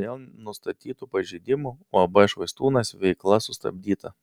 dėl nustatytų pažeidimų uab švaistūnas veikla sustabdyta